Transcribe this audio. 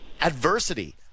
Adversity